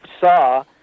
saw